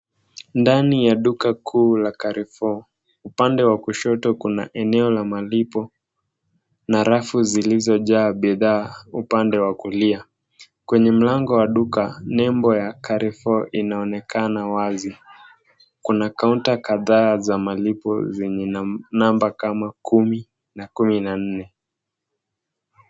Ndani ya duka kuu la Carrefour upande wa kushoto kuna eneo la malipo na rafu zilizo jaa bidhaa upande wa kulia. Kwenye mlango wa duka nembo ya Carrefour inaonekana wazi kuna counter kadhaa za malipo zenye namba kama kumi na kumi na nne.